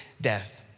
death